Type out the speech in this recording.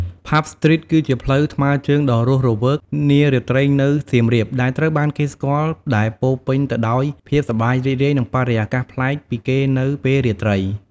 ផាប់ ស្ទ្រីត គឺជាផ្លូវថ្មើរជើងដ៏រស់រវើកនារាត្រីនៅសៀមរាប ដែលត្រូវបានគេស្គាល់ដែលពោរពេញទៅដោយភាពសប្បាយរីករាយ និងបរិយាកាសប្លែកពីគេនៅពេលរាត្រី។